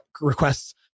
requests